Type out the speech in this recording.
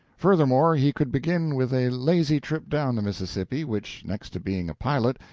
furthermore, he could begin with a lazy trip down the mississippi, which, next to being a pilot,